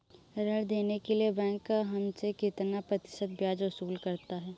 ऋण देने के लिए बैंक हमसे कितना प्रतिशत ब्याज वसूल करता है?